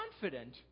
confident